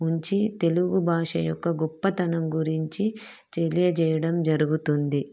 ఉంచి తెలుగు భాష యొక్క గొప్పతనం గురించి తెలియజేయడం జరుగుతుంది